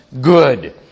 good